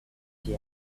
she